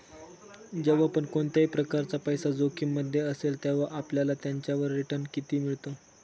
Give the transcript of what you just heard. जेव्हा पण कोणत्याही प्रकारचा पैसा जोखिम मध्ये असेल, तेव्हा आपल्याला त्याच्यावर रिटन किती मिळतो?